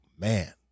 man